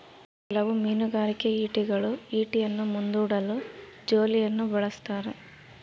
ಕೆಲವು ಮೀನುಗಾರಿಕೆ ಈಟಿಗಳು ಈಟಿಯನ್ನು ಮುಂದೂಡಲು ಜೋಲಿಯನ್ನು ಬಳಸ್ತಾರ